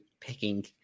picking